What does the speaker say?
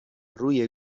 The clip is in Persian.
روی